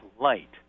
light